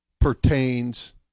pertains